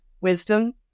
wisdom